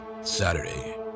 Saturday